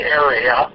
area